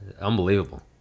Unbelievable